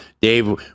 Dave